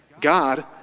God